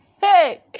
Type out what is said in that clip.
Hey